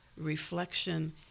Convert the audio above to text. reflection